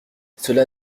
cela